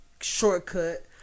shortcut